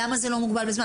למה זה לא מוגבל בזמן?